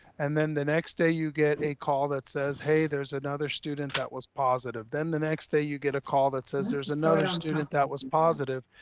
and then the next day you get a call that says, hey, there's another student that was positive. then the next day you get a call that says, there's another student that was positive.